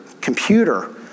computer